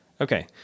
Okay